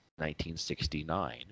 1969